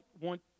want